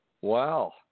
Wow